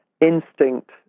instinct